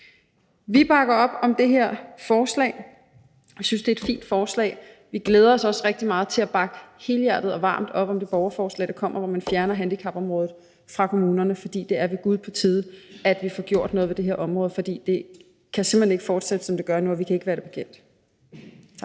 Vi bakker op om det her forslag. Vi synes, det er et fint forslag. Vi glæder os også rigtig meget til at bakke helhjertet og varmt op om det borgerforslag, der kommer, hvor man vil fjerne handicapområdet fra kommunerne, for det er ved gud på tide, at vi får gjort noget ved det her område. Det kan simpelt hen ikke fortsætte, som det gør nu, og vi kan ikke være det bekendt.